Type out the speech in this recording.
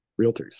realtors